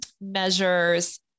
measures